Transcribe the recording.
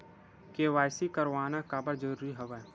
KYC करवाना काबर जरूरी हवय?